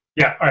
yeah,